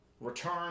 return